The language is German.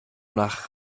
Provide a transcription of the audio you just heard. nach